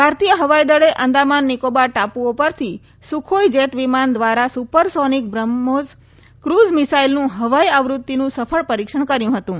ભારતીય હવાઈ દળે આંદામાન નિકોબાર ટાપુઓ પરથી સુખોઈ જેટ વિમાન દ્વારા સુપરસોનિક બ્રહ્મોસ ક્રુઝ મિસાઈલનું હવાઈ આવ્રત્તિનું સફળ પરીક્ષણ કર્યું હતું